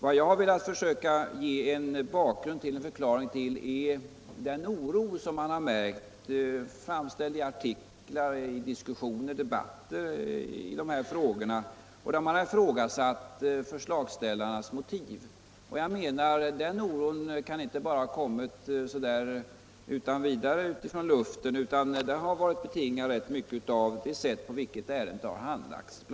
Vad jag har velat ge en bakgrund och förklaring till är den oro som man har märkt — den har kommit fram i artiklar, diskussioner och debatter i dessa frågor, och den har bl.a. tagit sig uttryck i att man ifrågasatt förslagställarnas motiv. Jag menar att den oron inte bara kan ha uppstått ur luften, utan den har i stor utsträckning varit betingad av det sätt på vilket ärendet har handlagts.